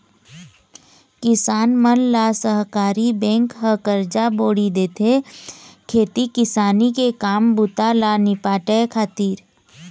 किसान मन ल सहकारी बेंक ह करजा बोड़ी देथे, खेती किसानी के काम बूता ल निपाटय खातिर